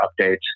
updates